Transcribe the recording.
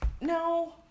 No